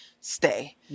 stay